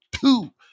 two